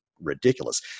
ridiculous